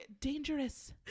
dangerous